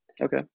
Okay